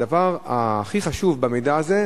הדבר הכי חשוב במידע הזה,